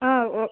ఓ